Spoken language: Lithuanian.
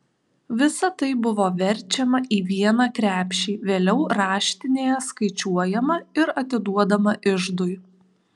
visa tai buvo verčiama į vieną krepšį vėliau raštinėje skaičiuojama ir atiduodama iždui